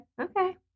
Okay